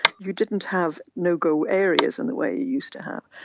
you didn't have no-go areas in the way you used to have.